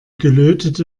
gelötete